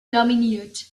nominiert